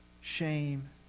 shame